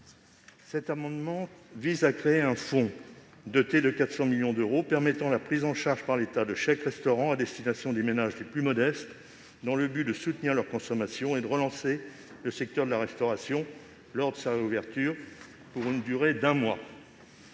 Cet amendement vise donc à créer un fonds doté de 400 millions d'euros, permettant la prise en charge par l'État, pour une durée d'un mois, de chèques-restaurants à destination des ménages les plus modestes, dans le but de soutenir leur consommation et de relancer le secteur de la restauration lors de sa réouverture. Ces chèques